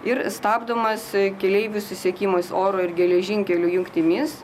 ir stabdomas keleivių susiekimais oro ir geležinkelių jungtimis